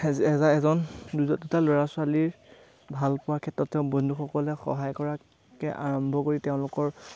এজন দুটা দুটা ল'ৰা ছোৱালীৰ ভাল পোৱাৰ ক্ষেত্ৰত তেওঁ বন্ধুসকলে সহায় কৰাকে আৰম্ভ কৰি তেওঁলোকৰ